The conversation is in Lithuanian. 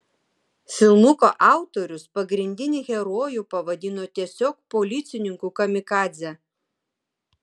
filmuko autorius pagrindinį herojų pavadino tiesiog policininku kamikadze